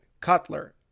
Cutler